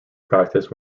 practice